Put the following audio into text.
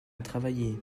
travailler